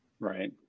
Right